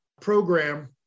program